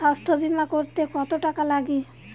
স্বাস্থ্যবীমা করতে কত টাকা লাগে?